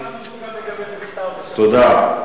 הסכמנו שגם יקבל בכתב, תודה.